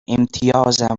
امتیازم